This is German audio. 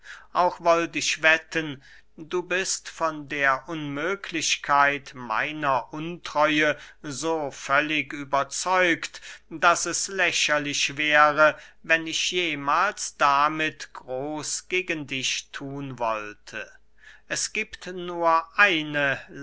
auch wollt ich wetten du bist von der unmöglichkeit meiner untreue so völlig überzeugt daß es lächerlich wäre wenn ich jemahls damit groß gegen dich thun wollte es giebt nur eine